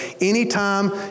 Anytime